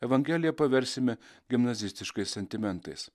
evangeliją paversime gimnazistiškais sentimentais